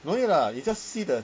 don't need lah you just see the